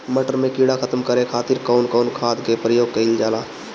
मटर में कीड़ा खत्म करे खातीर कउन कउन खाद के प्रयोग कईल जाला?